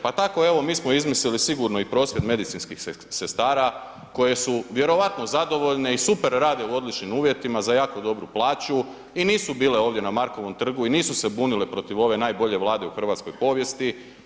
tako evo mi smo izmislili i prosvjed medicinskih sestara koje su vjerojatno zadovoljne i super rade u odličnim uvjetima za jako dobru plaću i nisu bile ovdje na Markovom trgu i nisu se bunile protiv ove najbolje Vlade u hrvatskoj povijesti.